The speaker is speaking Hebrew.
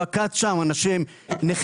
והוא עקץ שם אנשים נכים.